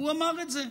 הוא אמר את זה.